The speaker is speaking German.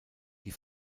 die